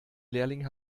lehrling